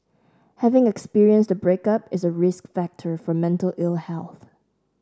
having experienced a breakup is a risk factor for mental ill health